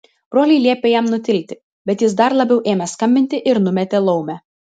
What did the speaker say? broliai liepė jam nutilti bet jis dar labiau ėmė skambinti ir numetė laumę